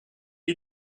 est